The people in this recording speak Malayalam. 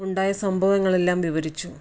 ഉണ്ടായ സംഭവങ്ങൾ എല്ലാം വിവരിച്ചു